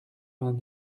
vingt